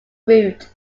route